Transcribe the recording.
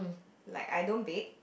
like I don't bake